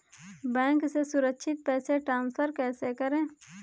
Bank से सुरक्षित पैसे ट्रांसफर कैसे करें?